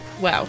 wow